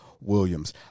Williams